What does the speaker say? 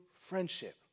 friendship